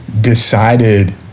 decided